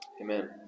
Amen